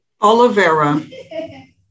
Olivera